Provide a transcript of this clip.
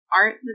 art